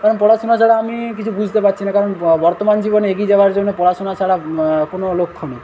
কারণ পড়াশোনা ছাড়া আমি কিছু বুঝতে পারছি না কারণ বর্তমান জীবনে এগিয়ে যাওয়ার জন্য পড়াশোনা ছাড়া কোনো লক্ষ্য নেই